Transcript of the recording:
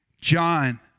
John